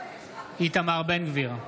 איתמר בן גביר,